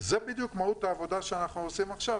זה בדיוק מהות העבודה שאנחנו עושים עכשיו,